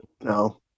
No